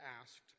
asked